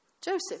Joseph